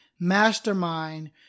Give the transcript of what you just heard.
mastermind